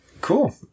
cool